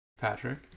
patrick